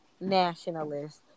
nationalist